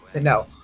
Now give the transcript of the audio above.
no